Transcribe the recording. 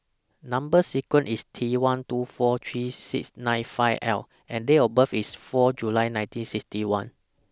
Number sequence IS T one two four three six nine five L and Date of birth IS four July nineteen sixty one